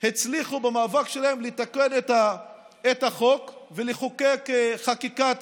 הצליחו במאבק שלהם לתקן את החוק ולחוקק חקיקת